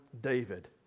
David